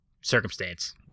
circumstance